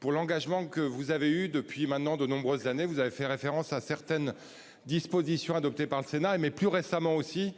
pour l'engagement que vous avez eu depuis maintenant de nombreuses années, vous avez fait référence à certaines dispositions adoptées par le Sénat et mais plus récemment aussi